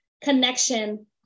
connection